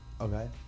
Okay